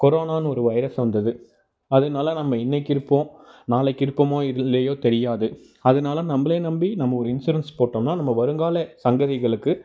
கொரோனான்னு ஒரு வைரஸ் வந்துது அதனால நம்ம இன்னைக்கு இருப்போம் நாளைக்கு இருப்போமோ இல்லையோ தெரியாது அதனால நம்ப்ள நம்பி நம்ம ஒரு இன்சூரன்ஸ் போட்டோம்னா நம்ம வருங்கால சங்கதிகளுக்கு